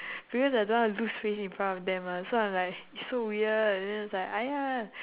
because I don't want to lose face in front of them mah so I'm like it's so weird then I was like !aiya!